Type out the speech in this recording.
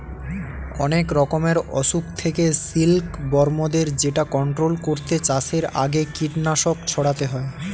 অনেক রকমের অসুখ থেকে সিল্ক বর্মদের যেটা কন্ট্রোল করতে চাষের আগে কীটনাশক ছড়াতে হয়